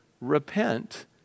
Repent